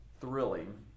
thrilling